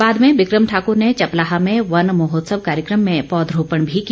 बाद में विक्रम ठाकूर ने चपलाह में वन महोत्सव कार्यक्रम में पौधरोपण भी किया